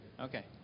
Okay